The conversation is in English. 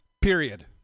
period